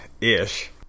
ish